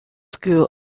school